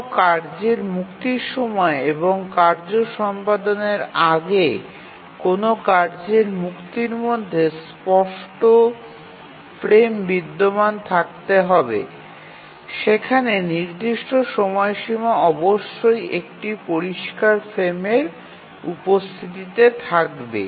কোনও কার্যের মুক্তির সময় এবং কার্য সম্পাদনের আগে কোনও কার্যের মুক্তির মধ্যে স্পষ্ট ফ্রেম বিদ্যমান থাকতে হবে সেখানে নির্দিষ্ট সময়সীমা অবশ্যই একটি পরিষ্কার ফ্রেমের উপস্থিততে থাকবে